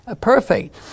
perfect